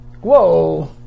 Whoa